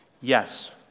Yes